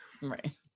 right